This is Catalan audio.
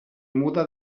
muda